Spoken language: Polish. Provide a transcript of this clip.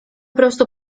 prostu